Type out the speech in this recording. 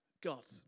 God